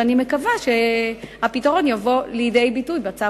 ואני מקווה שהפתרון יבוא לידי ביטוי בצו